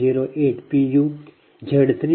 02j0